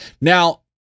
Now